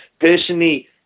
Personally